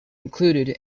included